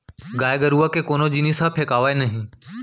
गाय गरूवा के कोनो जिनिस ह फेकावय नही